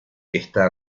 está